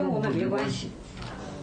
קודם כל תודה יושבת ראש הוועדה על ההזמנה.